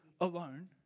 alone